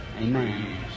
amen